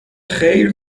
خیر